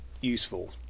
useful